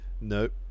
Nope